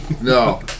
No